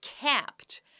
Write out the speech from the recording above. capped